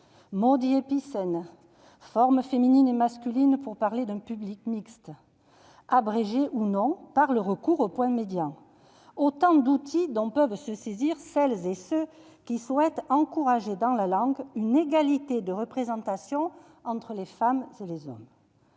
dits « épicènes », formes féminines et masculines pour parler d'un public mixte- abrégées ou non par le recours au point médian ... Autant d'outils dont peuvent se saisir celles et ceux qui souhaitent encourager dans la langue une égalité de représentation entre les femmes et les hommes.